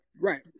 right